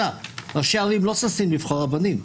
ראשי ערים לא ששים לבחור רבנים.